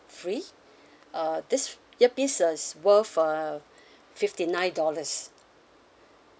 free uh this ear piece uh is worth uh fifty nine dollars